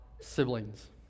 siblings